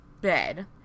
bed